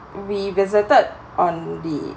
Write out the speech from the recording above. we visited on the